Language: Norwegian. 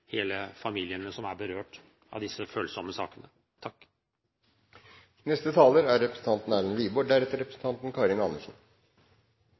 hele familiene som er berørt av disse følsomme sakene. Som saksordføreren var inne på, er